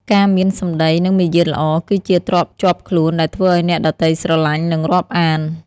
ការមានសម្ដី និងមារយាទល្អ គឺជាទ្រព្យជាប់ខ្លួនដែលធ្វើឱ្យអ្នកដទៃស្រឡាញ់ និងរាប់អាន។